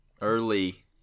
early